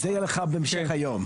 את זה יהיה לך בהמשך היום.